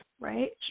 right